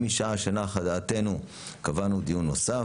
ומשעה שנחה דעתנו קבענו דיון נוסף.